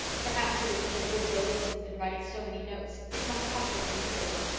perhaps it is because woodrow wilson has been writing so many notes. it must cost him considerable.